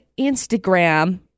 Instagram